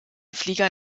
flieger